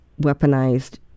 weaponized